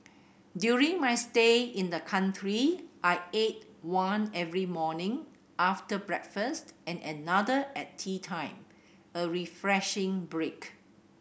during my stay in the country I ate one every morning after breakfast and another at teatime a refreshing break